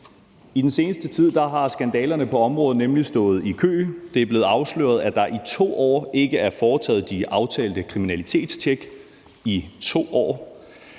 I den seneste tid har skandalerne på området nemlig stået i kø. Det er blevet afsløret, at der er i 2 år ikke er foretaget de aftalte kriminalitetstjek – 2 år.